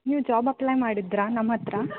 ನೀವು job apply ಮಾಡಿದ್ರಾ ನಮ್ಮ ಹತ್ತಿರ